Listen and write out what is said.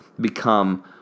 become